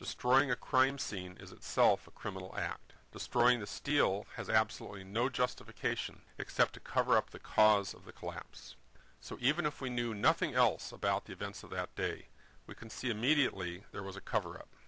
destroying a crime scene is itself a criminal act destroying the steel has absolutely no justification except to cover up the cause of the collapse so even if we knew nothing else about the events of that day we can see immediately there was a cover up